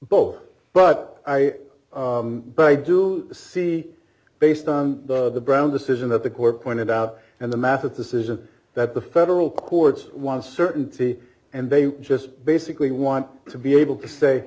both but i but i do see based on the brown decision that the court pointed out and the massive decision that the federal courts one certainty and they just basically want to be able to say